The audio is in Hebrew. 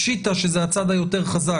פשיטא שזה הצד היותר חזק.